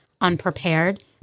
unprepared